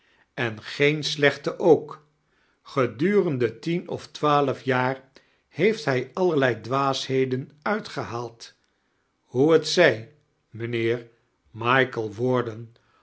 en geen slechte ook gedunende tden of twaalf jaar heeft hij allerlei dwaasbeden uitgehaald hoe t zij mijnheer michael wairden